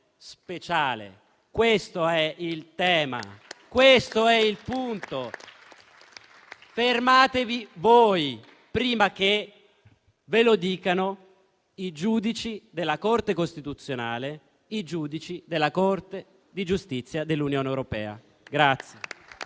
speciale. Questo è il punto. Fermatevi voi, prima che ve lo dicano i giudici della Corte costituzionale e i giudici della Corte di giustizia dell'Unione europea.